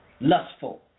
lustful